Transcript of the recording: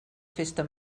festa